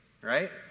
right